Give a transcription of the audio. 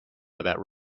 about